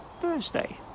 Thursday